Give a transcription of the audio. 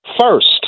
first